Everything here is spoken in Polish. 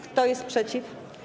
Kto jest przeciw?